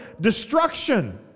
destruction